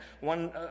one